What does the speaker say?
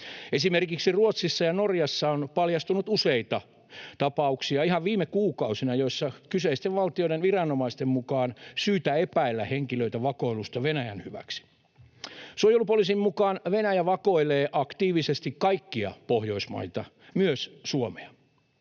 Esimerkiksi Ruotsissa ja Norjassa on paljastunut ihan viime kuukausina useita tapauksia, joissa kyseisten valtioiden viranomaisten mukaan on syytä epäillä henkilöitä vakoilusta Venäjän hyväksi. Suojelupoliisin mukaan Venäjä vakoilee aktiivisesti kaikkia Pohjoismaita, myös Suomea.